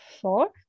four